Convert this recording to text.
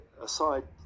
aside